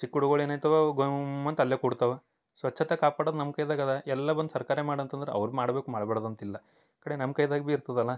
ಚಿಕ್ಕುಳುಗಳು ಏನಾಯ್ತವ ಅವು ಗಮ್ಮ ಅಂತ ಅಲ್ಲೆ ಕೂಡ್ತಾವ ಸ್ವಚ್ಛತಾ ಕಾಪಾಡೋದು ನಮ್ಮ ಕೈದಾಗದ ಎಲ್ಲ ಬಂದು ಸರ್ಕಾರೇ ಮಾಡಂತಂದ್ರ ಅವ್ರ ಮಾಡ್ಬೇಕು ಮಾಡ್ಬ್ಯಾಡ್ದ ಅಂತಿಲ್ಲ ಈ ಕಡೆ ನಮ್ಮ ಕೈದಾಗ ಬಿ ಇರ್ತದಲ್ಲ